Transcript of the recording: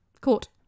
Court